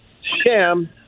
sham